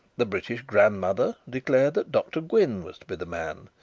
the british grandmother declared that dr gwynne was to be the man,